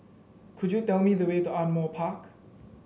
could you tell me the way to Ardmore Park